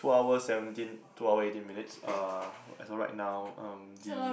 two hour seventeen two hour eighteen minutes(uh) as of right now um the